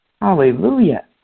Hallelujah